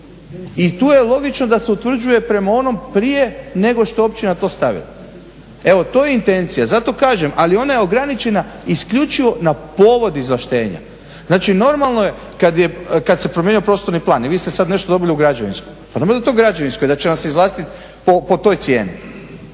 i tu je logično da se utvrđuje prema onom prije nego što je općina to stavila. Evo to je intencija. Ali zato kažem, ali ona je ograničena isključivo na povod izvlaštenja. Znači normalno je kad se promijenio prostorni plan i vi ste sad nešto dobili u građevinsko, pa normalno je da je to građevinsko i da će vam se izvlastiti po toj cijeni.